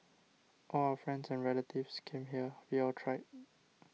all our friends and relatives came here we all tried